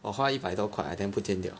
花一百多块 then 不见掉